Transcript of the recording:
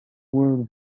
world